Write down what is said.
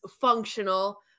functional